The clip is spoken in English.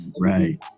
Right